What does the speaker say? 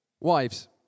Wives